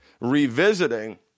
revisiting